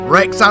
Rex